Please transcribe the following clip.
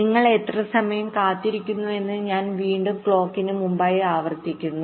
നിങ്ങൾ എത്ര സമയം കാത്തിരിക്കണമെന്ന് ഞാൻ വീണ്ടും ക്ലോക്കിന് മുമ്പായി ആവർത്തിക്കുന്നു